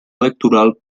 electoral